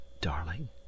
darling